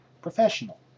professional